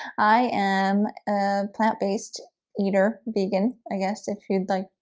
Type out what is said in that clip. i am a plant-based eater vegan i guess if you'd like,